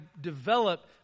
develop